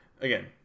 again